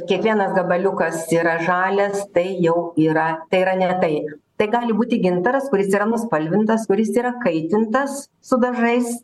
kiekvienas gabaliukas yra žalias tai jau yra tai yra ne tai tai gali būti gintaras kuris yra nuspalvintas kuris yra kaitintas su dažais